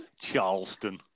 Charleston